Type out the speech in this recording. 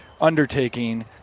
undertaking